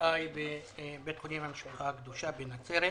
MRI בבית חולים המשפחה הקדושה בנצרת.